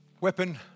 Weapon